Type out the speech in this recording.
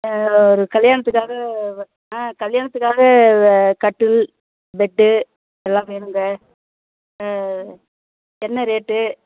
ஒரு கல்யாணத்துக்காக ஆ கல்யாணத்துக்காக கட்டில் பெட்டு எல்லாம் வேணுங்க என்ன ரேட்டு